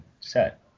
set